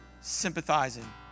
sympathizing